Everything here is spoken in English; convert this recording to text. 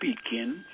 speaking